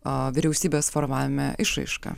a vyriausybės formavime išraiška